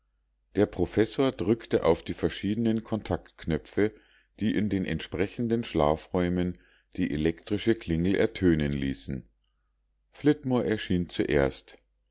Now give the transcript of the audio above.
der professor drückte auf die verschiedenen kontaktknöpfe die in den entsprechenden schlafräumen die elektrische klingel ertönen ließen flitmore erschien zuerst